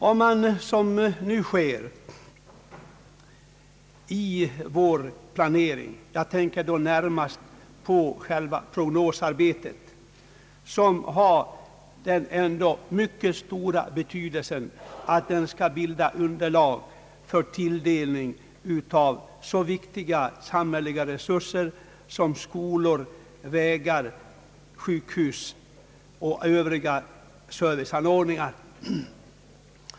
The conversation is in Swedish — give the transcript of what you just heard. Om jag nu närmast tänker på prognosarbetet, vill jag säga att det har en mycket stor betydelse, eftersom det skall bilda underlaget för tillskapande av så viktiga samhälleliga resurser som skolor, vägar, sjukhus och övriga serviceanordningar.